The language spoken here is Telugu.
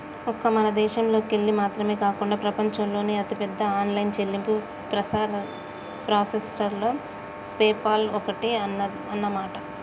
ఒక్క మన దేశంలోకెళ్ళి మాత్రమే కాకుండా ప్రపంచంలోని అతిపెద్ద ఆన్లైన్ చెల్లింపు ప్రాసెసర్లలో పేపాల్ ఒక్కటి అన్నమాట